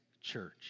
church